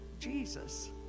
Jesus